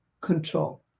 control